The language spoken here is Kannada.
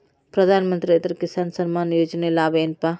ಪ್ರಧಾನಮಂತ್ರಿ ರೈತ ಕಿಸಾನ್ ಸಮ್ಮಾನ ಯೋಜನೆಯ ಲಾಭ ಏನಪಾ?